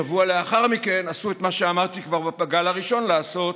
שבוע לאחר מכן עשו את מה שאמרתי כבר בגל הראשון לעשות,